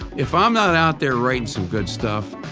if i'm not out there writing some good stuff,